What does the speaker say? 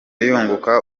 yunguka